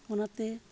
ᱚᱱᱟᱛᱮ